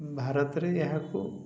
ଭାରତରେ ଏହାକୁ